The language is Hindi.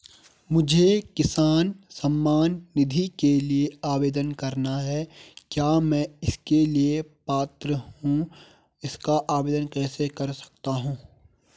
मुझे किसान सम्मान निधि के लिए आवेदन करना है क्या मैं इसके लिए पात्र हूँ इसका आवेदन कैसे कर सकता हूँ?